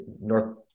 North